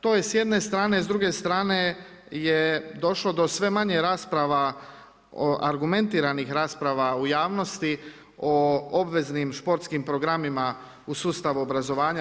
To je s jedne strane, s druge strane je došlo do sve manje rasprava, argumentiranih rasprava u javnosti, o obveznim športskim programima u sustavu obrazovanja.